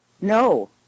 No